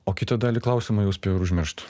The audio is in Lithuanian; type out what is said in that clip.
o kitą dalį klausimo jau spėjau ir užmiršt